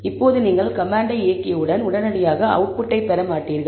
இப்போது நீங்கள் கமாண்டை இயக்கியவுடன் உடனடியாக அவுட்புட்டைப் பெற மாட்டீர்கள்